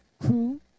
crew